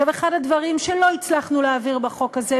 אחד הדברים שלא הצלחנו להעביר בחוק הזה,